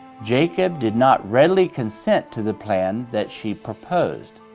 jacob did not readily consent to the plan that she proposed.